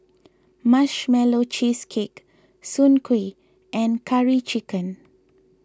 Marshmallow Cheesecake Soon Kueh and Curry Chicken